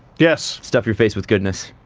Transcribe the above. yes, stuff your face with goodness.